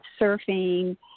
surfing